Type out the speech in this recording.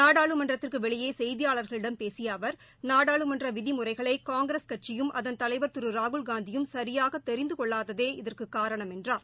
நாடாளுமன்றத்திற்கு வெளியே செய்தியாளர்களிடம் பேசிய அவர் நாடாளுமன்ற விதி முறைகளை காங்கிரஸ் கட்சியும் அதன் தலைவர் திரு ராகுல்காந்தியும் சியாக தெரிந்து கொள்ளாததே இதற்குக் காரணம் என்றார்